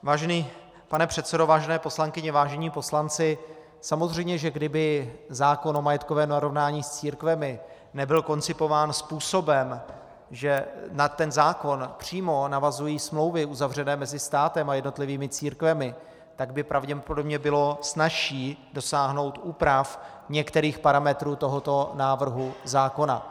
Vážený pane předsedo, vážené poslankyně, vážení poslanci, samozřejmě že kdyby zákon o majetkovém narovnání s církvemi nebyl koncipován způsobem, že na ten zákon přímo navazují smlouvy uzavřené mezi státem a jednotlivými církvemi, tak by pravděpodobně bylo snazší dosáhnout úprav některých parametrů tohoto návrhu zákona.